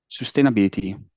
sustainability